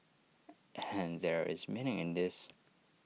and there is meaning in this